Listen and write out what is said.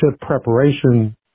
preparation